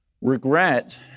Regret